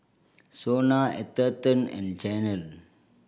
SONA Atherton and Chanel